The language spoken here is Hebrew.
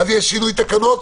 זה יהיה שינוי תקנות,